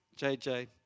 JJ